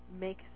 make